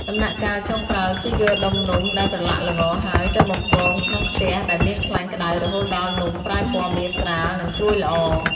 ដំណាក់កាលចុងក្រោយ គឺយកដុំនំដែលប្រឡាក់ល្ងរហើយ ទៅបំពងក្នុងខ្ទះដែលមានខ្លាញ់ក្តៅរហូតដល់នំប្រែពណ៌មាសស្រាល និងស្រួយល្អ។